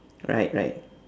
right right